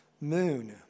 moon